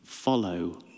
Follow